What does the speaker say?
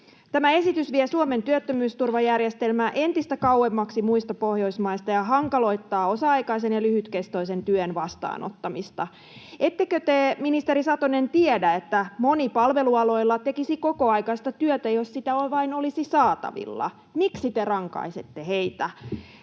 Tämä esitys vie Suomen työttömyysturvajärjestelmää entistä kauemmaksi muista Pohjoismaista ja hankaloittaa osa-aikaisen ja lyhytkestoisen työn vastaanottamista. Ettekö te, ministeri Satonen tiedä, että moni palvelualoilla tekisi kokoaikaista työtä, jos sitä vain olisi saatavilla. Miksi te rankaisette heitä?